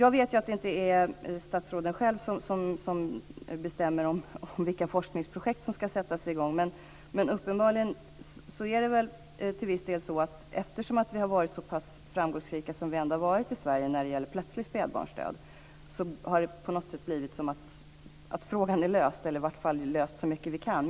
Jag vet att det inte är statsråden själva som bestämmer vilka forskningsprojekt som ska sättas i gång, men uppenbarligen är det väl till viss del så att eftersom vi har varit så framgångsrika som vi ändå har varit i Sverige när det gäller plötslig spädbarnsdöd har det blivit som att frågan är löst, eller i vart fall löst så mycket det går.